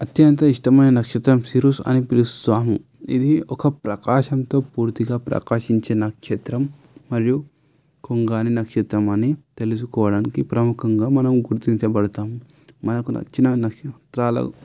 అత్యంత ఇష్టమైన నక్షత్రాన్ని సిరుస్ అని పిలుస్తాము ఇది ఒక ప్రకాశంతో పూర్తిగా ప్రకాశించే నక్షత్రం మరియు కొంగని నక్షత్రం అని తెలుసుకోవడానికి ప్రముఖంగా మనం గుర్తించబడతాం మనకు నచ్చిన నక్షత్రాలు